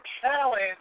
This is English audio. challenge